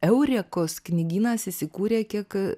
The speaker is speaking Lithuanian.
eurekos knygynas įsikūrė kiek